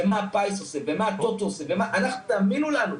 מה הפיס עושה ומה הטוטו עושה תאמינו לנו,